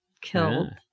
killed